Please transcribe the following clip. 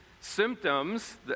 symptoms